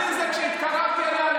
אני זה שכשהתקרבתי אליה,